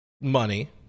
money